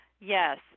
Yes